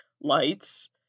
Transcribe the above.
Lights